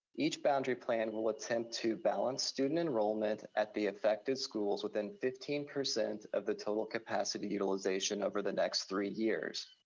each boundary plan will attempt to balance student enrollment at the affected schools within fifteen percent of the total capacity utilization over the next three years.